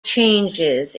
changes